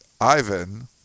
Ivan